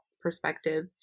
perspective